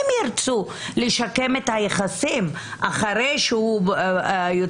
אם הם ירצו לשקם את היחסים אחרי שהוא יוצא,